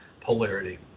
polarity